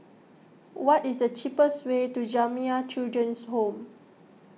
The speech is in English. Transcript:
what is the cheapest way to Jamiyah Children's Home